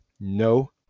No